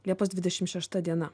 liepos dvidešim šešta diena